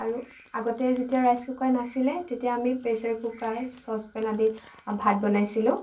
আগতে যেতিয়া ৰাইচকুকাৰ নাছিলে তেতিয়া আমি প্ৰেছাৰ কুকাৰ চচপেন আদিত ভাত বনাইছিলোঁ